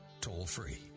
toll-free